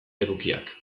edukiak